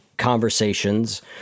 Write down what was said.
conversations